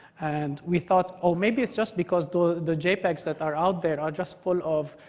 and we thought, oh maybe it's just because the the jpegs that are out there are just full of